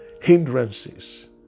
hindrances